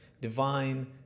divine